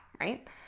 right